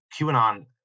QAnon